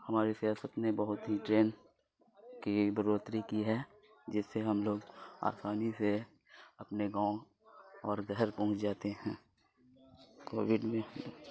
ہماری سیاست نے بہت ہی ٹرین کی برھوتری کی ہے جس سے ہم لوگ آسانی سے اپنے گاؤں اور گھر پہنچ جاتے ہیں کووڈ میں